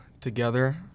together